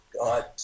God